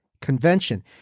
convention